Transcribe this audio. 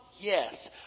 Yes